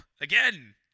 again